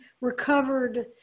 recovered